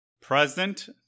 Present